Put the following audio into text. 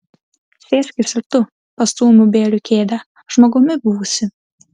sėskis ir tu pastūmiau bėriui kėdę žmogumi būsi